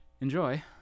enjoy